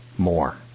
More